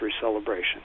celebration